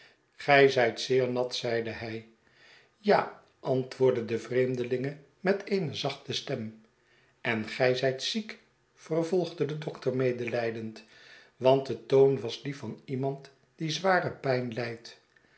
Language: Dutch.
gij zijt zeer nat zeide hij ja antwoordde de vreemdelinge met eene zachte stern en gij zijt ziek vervolgde de dokter medelijdend want de toon was die van iemand die zware p'yn lijdt